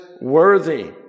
worthy